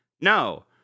no